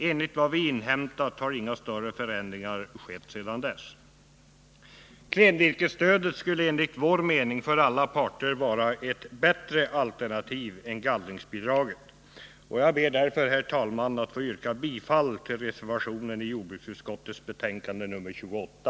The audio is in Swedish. Enligt vad vi inhämtat har inga större förändringar skett sedan dess. Klenvirkesstödet skulle enligt vår mening för alla parter vara ett bättre alternativ än gallringsbidraget, och jag ber därför, herr talman, att få yrka bifall till reservationen vid jordbruksutskottets betänkande nr 28.